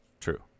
True